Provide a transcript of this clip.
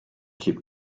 keep